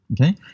Okay